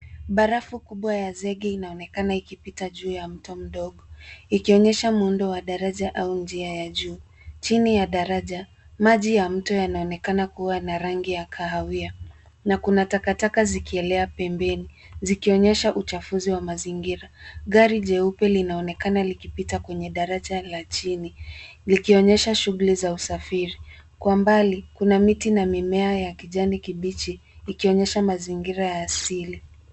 Barafu kubwa ya zege inaonekana ikipita juu ya mto mdogo; ikionyesha muundo wa daraja au njia ya juu. Chini ya daraja maji ya mto yanaonekana kuwa na rangi ya kahawia. Na kuna takataka zikielea pembeni, zikionyesha uchafuzi wa mazingira. Gari jeupe linaonekana likipita kwenye daraja la chini likionyesha shughuli za usafiri. Kwa mbali kuna miti na mimea ya kijani kibichi, ikionyesha mazingira ya asili.